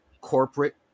corporate